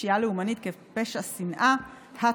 פשיעה לאומנית כפשע שנאה),